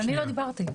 אני לא דיברתי.